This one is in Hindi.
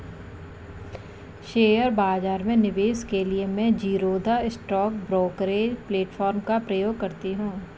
शेयर बाजार में निवेश के लिए मैं ज़ीरोधा स्टॉक ब्रोकरेज प्लेटफार्म का प्रयोग करती हूँ